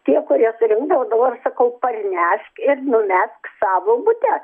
tie kurie surinkdavo dabar sakau parnešk ir numesk savo bute